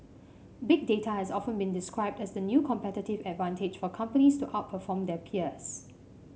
Big Data has often been described as the new competitive advantage for companies to outperform their peers